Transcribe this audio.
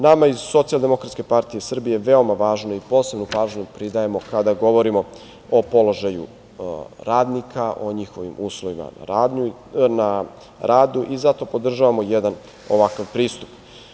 Nama iz Socijaldemokratske partije Srbije je veoma važno i posebnu pažnju pridajemo kada govorimo o položaju radnika, o njihovim uslovima na radu i zato podržavamo jedan ovakav pristup.